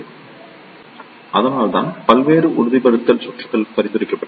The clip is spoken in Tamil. எனவே அதனால்தான் பல்வேறு உறுதிப்படுத்தல் சுற்றுகள் பரிந்துரைக்கப்பட்டுள்ளன